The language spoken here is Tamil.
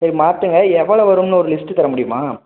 சரி மாற்றுங்க எவ்வளோவு வரும்னு ஒரு லிஸ்ட்டு தர முடியுமா